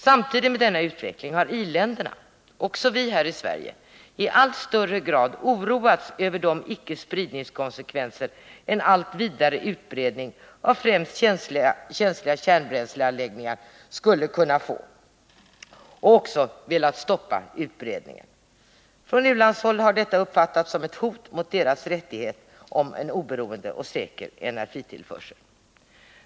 Samtidigt med denna utveckling har i-länderna — också vi här i Sverige — i allt högre grad oroats över de icke-spridningskonsekvenser en allt vidare utbredning av främst känsliga kärnbränsleanläggningar skulle kunna få, och man har också velat stoppa utbredningen. Från u-landshåll har detta uppfattats som ett hot mot deras rättighet att få en oberoende och säker energitillförsel.